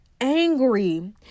angry